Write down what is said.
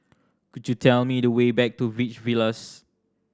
could you tell me the way back to Beach Villas